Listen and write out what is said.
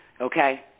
okay